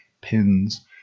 Pins